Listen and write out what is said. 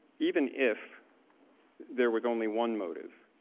even if there was only one motive.